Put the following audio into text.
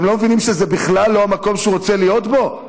אתם לא מבינים שזה בכלל לא המקום שהוא רוצה להיות בו?